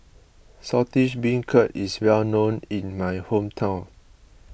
Saltish Beancurd is well known in my hometown